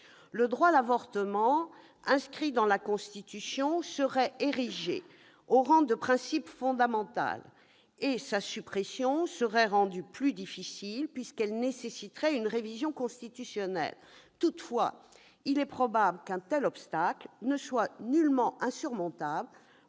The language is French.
Le droit à l'avortement, s'il était inscrit dans la Constitution, serait érigé au rang de principe fondamental, et sa suppression serait rendue plus difficile, puisqu'elle nécessiterait une révision constitutionnelle. Toutefois, il est probable qu'un tel obstacle ne soit nullement insurmontable